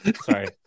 Sorry